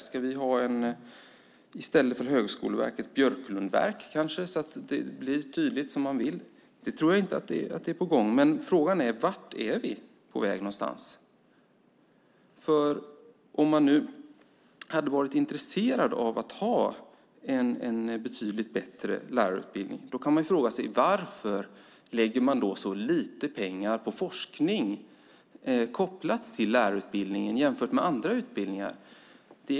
Ska vi i stället för Högskoleverket kanske ha ett Björklundsverk så att det blir tydligt vad man vill? Jag tror inte att det är på gång. Men frågan är vart vi är på väg. Om man hade varit intresserad av att ha en betydligt bättre lärarutbildning, varför lägger man då så lite pengar på forskning kopplad till lärarutbildningen jämfört med andra utbildningar?